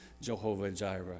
Jehovah-Jireh